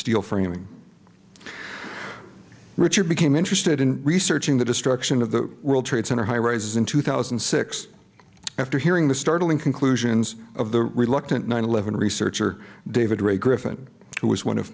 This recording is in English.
steel framing richard became interested in researching the destruction of the world trade center high rises in two thousand and six after hearing the startling conclusions of the reluctant nine eleven researcher david ray griffin who was one of